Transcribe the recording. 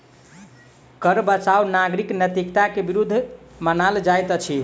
कर बचाव नागरिक नैतिकता के विरुद्ध मानल जाइत अछि